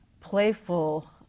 playful